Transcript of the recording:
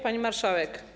Pani Marszałek!